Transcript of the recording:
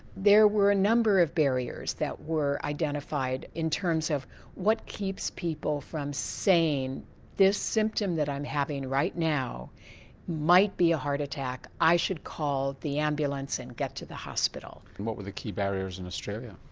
there were a number of barriers that were identified in terms of what keeps people from saying this symptom that i'm having right now might be a heart attack i should call the ambulance and get to the hospital. and what were the key barriers in australia?